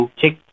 check